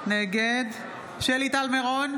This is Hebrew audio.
נגד שלי טל מירון,